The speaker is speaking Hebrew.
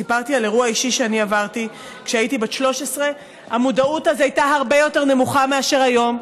סיפרתי על אירוע אישי שאני עברתי כשהייתי בת 13. המודעות אז הייתה הרבה יותר נמוכה מאשר היום,